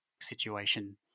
situation